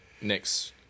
next